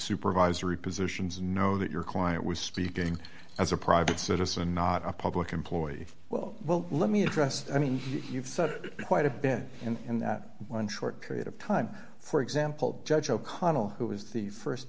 supervisory positions and know that your client was speaking as a private citizen not a public employee well well let me address i mean you've said quite a bit in that one short period of time for example judge o'connell who was the